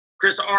Chris